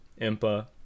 Impa